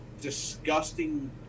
disgusting